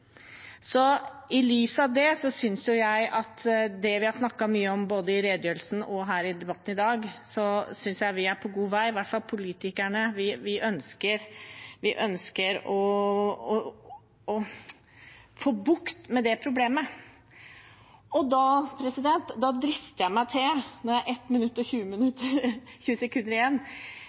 I lys av det synes jeg, etter det som det har vært mye snakk om både i redegjørelsen og i debatten her i dag, at vi er på god vei. I hvert fall ønsker vi politikere å få bukt med det problemet. Og da drister jeg meg til – når jeg har 1 minutt og 20 sekunder igjen